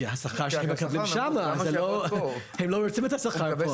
כי השכר שהם מקבלים שם הם לא רוצים את השכר פה.